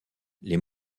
les